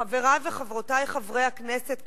חברי וחברותי חברי הכנסת,